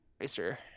racer